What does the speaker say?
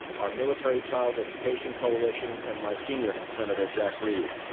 our military child education coalition, and my senior senator, jack reed.